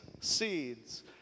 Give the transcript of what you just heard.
seeds